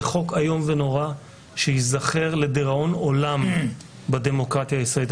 זה חוק איום ונורא שייזכר לדיראון עולם בדמוקרטיה הישראלית.